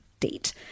Date